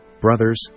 brothers